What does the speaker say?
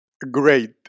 great